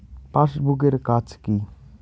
Passbook এর কাজ কি?